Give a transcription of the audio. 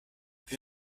wie